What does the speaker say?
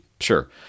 Sure